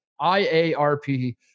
IARP